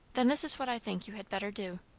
then this is what i think you had better do.